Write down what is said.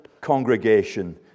congregation